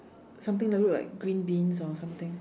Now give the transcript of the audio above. something that look like green beans or something